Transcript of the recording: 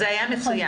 זה היה מצוין.